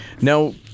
Now